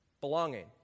Belonging